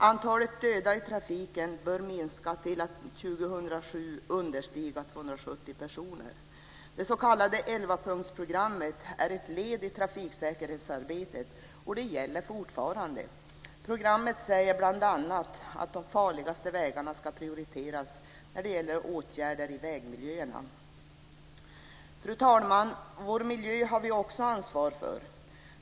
Antalet döda i trafiken bör minska till att 2007 understiga 270 personer. Det s.k. elvapunktsprogrammet är ett led i trafiksäkerhetsarbetet, och det gäller fortfarande. Programmet säger bl.a. att de farligaste vägarna ska prioriteras när det gäller åtgärder i vägmiljöerna. Fru talman! Vår miljö har vi också ansvar för.